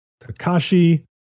Takashi